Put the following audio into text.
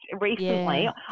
recently